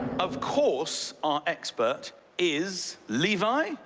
of course, our expert is levi.